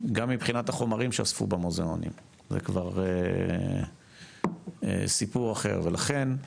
גם מבחינת החומרים שאספו במוזיאונים זה כבר סיפור אחר ולכן,